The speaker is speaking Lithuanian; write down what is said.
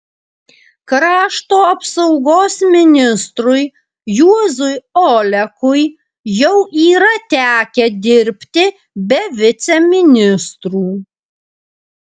krašto apsaugos ministrui juozui olekui jau yra tekę dirbti be viceministrų